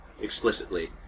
explicitly